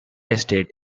estate